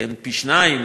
פי-שניים,